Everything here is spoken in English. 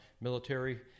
military